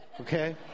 okay